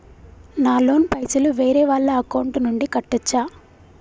నా లోన్ పైసలు వేరే వాళ్ల అకౌంట్ నుండి కట్టచ్చా?